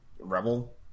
rebel